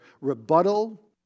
rebuttal